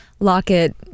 locket